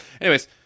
anyways-